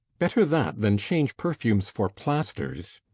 better that, than change perfumes for plasters.